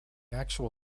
actual